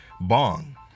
bong